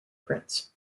prince